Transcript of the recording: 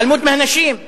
התעלמות מהנשים,